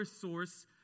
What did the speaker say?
source